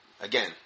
Again